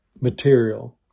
material